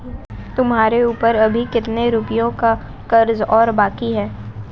तुम्हारे ऊपर अभी कितने रुपयों का कर्ज और बाकी है?